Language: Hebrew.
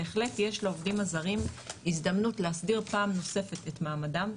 בהחלט יש לעובדים הזרים הזדמנות להסדיר פעם נוספת את מעמדם,